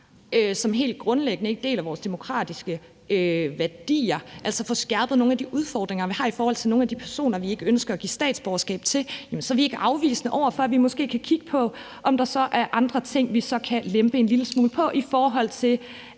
som helt grundlæggende ikke deler vores demokratiske værdier, altså får skærpet noget i forhold til nogle af de udfordringer, vi har i forhold til nogle af de personer, vi ikke ønsker at give statsborgerskab til, så er vi ikke afvisende over for, at vi måske kan kigge på, om der så er andre ting, vi kan lempe en lille smule på, i forhold til